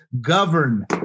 Govern